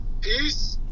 peace